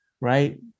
right